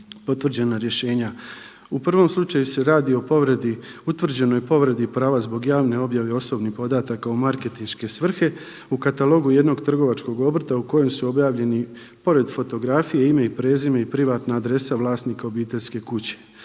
potvrđena rješenja u prvom slučaju se radi o povredi, utvrđenoj povredi prava zbog javne objave osobnih podataka u marketinške svrhe u katalogu jednog trgovačkog obrta u kojem su objavljeni pored fotografije ime i prezime i privatna adresa vlasnika obiteljske kuće.